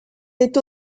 est